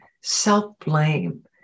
self-blame